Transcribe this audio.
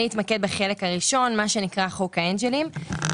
אתמקד בחלק הראשון, חוק האנג'לים.